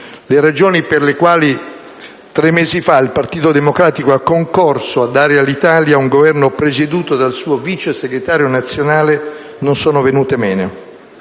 Le ragioni per le quali, tre mesi fa, il Partito Democratico ha concorso a dare all'Italia un Governo presieduto dal suo vicesegretario nazionale non sono venute meno.